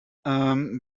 ähm